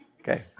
okay